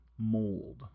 Mold